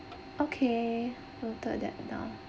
okay noted that down